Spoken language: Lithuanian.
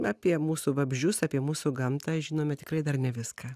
apie mūsų vabzdžius apie mūsų gamtą žinome tikrai dar ne viską